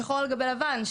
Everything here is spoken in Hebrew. שחור על גבי לבן,